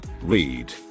read